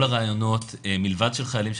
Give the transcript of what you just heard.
כל הראיונות מלבד של חיילים,